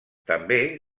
també